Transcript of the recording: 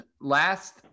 last